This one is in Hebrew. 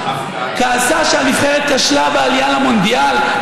כעסה כשהנבחרת כשלה בעלייה למונדיאל,